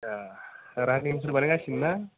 ए रानिंफोर बानाय गासिनो ना